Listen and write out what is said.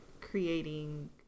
creating